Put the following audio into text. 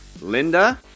Linda